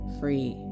free